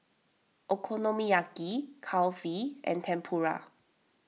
Okonomiyaki Kulfi and Tempura